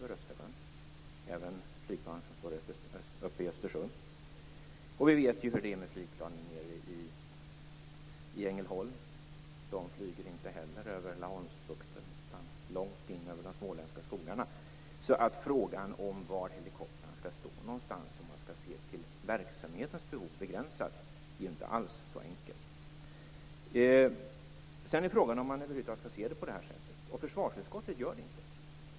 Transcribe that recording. Det gäller även flygplanen som står uppe i Östersund. Vi vet hur det är med flygplanen nere i Ängelholm. De flyger inte heller över Laholmsbukten, utan långt in över de småländska skogarna. Frågan om var helikoptrarna skall stå någonstans är inte alls så enkel om man skall begränsa sig till verksamhetens behov. Frågan är om man över huvud taget skall se frågan på detta sätt. Försvarsutskottet gör det inte.